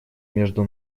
между